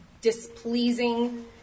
displeasing